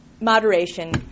moderation